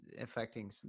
affecting